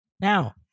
now